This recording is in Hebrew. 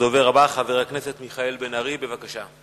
הדובר הבא, חבר הכנסת מיכאל בן-ארי, בבקשה.